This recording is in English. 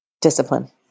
Discipline